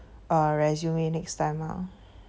uh resume next time ah